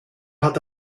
hat